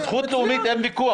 על הזכות הלאומית אין ויכוח,